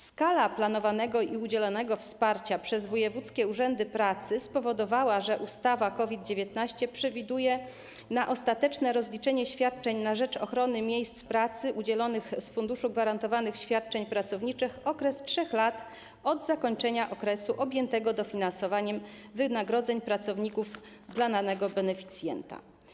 Skala planowanego i udzielonego wsparcia przez wojewódzkie urzędy pracy spowodowała, że ustawa COVID-19 przewiduje na ostateczne rozliczenie świadczeń na rzecz ochrony miejsc pracy udzielonych z Funduszu Gwarantowanych Świadczeń Pracowniczych okres 3 lat od zakończenia okresu objętego dofinansowaniem wynagrodzeń pracowników dla danego beneficjenta.